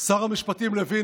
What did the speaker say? שר המשפטים לוין,